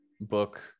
book